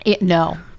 No